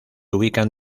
ubican